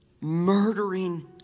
murdering